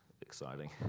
exciting